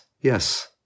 yes